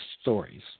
stories